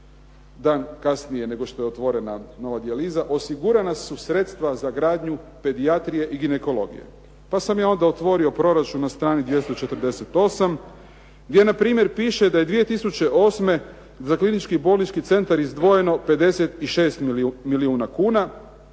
dan kasnije nego je otvorena nova dijaliza "Osigurana su sredstva za gradnju pedijatrije i ginekologije." Pa sam ja otvorio proračun na strani 248 gdje npr. piše da je 2008. za Klinički bolnički centar izdvojeno 56 milijuna kuna.